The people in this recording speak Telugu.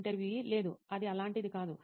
ఇంటర్వ్యూఈ లేదు అది అలాంటిది కాదు